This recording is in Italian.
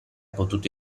potuto